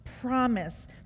promise